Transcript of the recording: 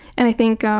and i think